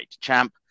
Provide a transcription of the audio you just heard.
champ